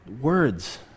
Words